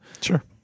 Sure